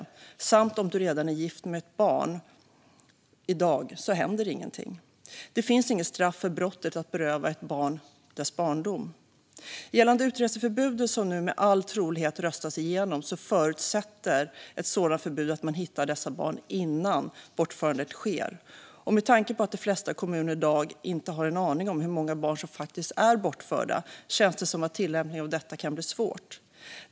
Dessutom händer det ingenting om man redan är gift med ett barn i dag. Det finns inget straff för brottet att beröva ett barn dess barndom. Gällande utreseförbudet, som nu med all trolighet röstas igenom, förutsätter ett sådant förbud att man hittar dessa barn innan bortförandet sker. Med tanke på att de flesta kommuner i dag inte har en aning om hur många barn som faktiskt är bortförda känns det som att tillämpningen av detta kan bli svår.